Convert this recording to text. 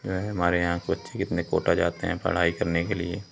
जो है हमारे यहाँ बच्चे कितने कोटा जाते हैं पढ़ाई करने के लिए